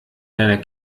deiner